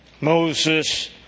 Moses